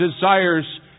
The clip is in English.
desires